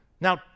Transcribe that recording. Now